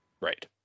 Right